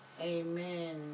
Amen